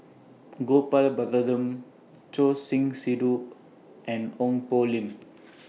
Gopal Baratham Choor Singh Sidhu and Ong Poh Lim